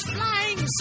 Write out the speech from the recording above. Flying